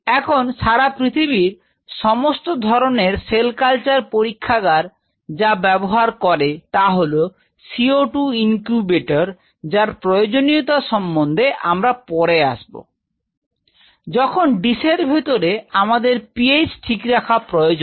এখন সারা পৃথিবীর সমস্ত ধরনের সেল কালচার পরীক্ষাগার যা ব্যবহার করে তা হল CO 2ইনকিউবেটর যার প্রয়োজনীয়তা সম্বন্ধে আমরা পরে আসবো যখন ডিসের ভেতরে আমাদের PH ঠিক রাখা প্রয়োজন